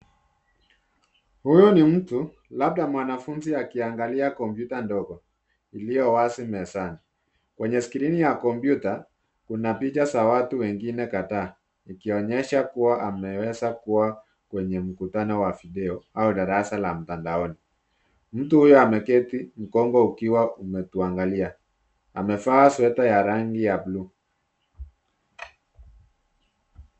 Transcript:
Huyu ni mtu labda mwanafunzi akiangalia kompyuta ndogo ilio wazi mezani. Kwenye scrini ya kopyuta kuna picha za watu wengine kadhaa likionyesha kuwa ameweza kuwa kwenye mkutano wa vindeo au darasa la mtandaoni .Mtu huyu ameketi mgongo ukiwa umetuangalia amevaa sweta ya rangi ya blue .